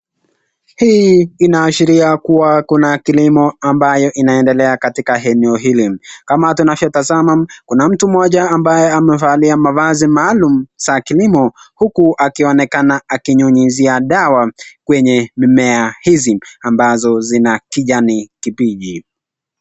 Hii inaashiria kuwa kuna kilimo ambayo inaendelea katika eneo hili, kama tunavyotazama kuna mtu mmoja ambaye amevalia mavazi maalum za kilimo uku akionekana akinyunyizia dawa kwenye mimea hizi ambazo zina kijani kibichi.